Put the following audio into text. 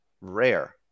Rare